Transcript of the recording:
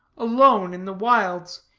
alone in the wilds,